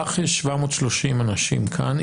לך יש 730 אנשים כאן,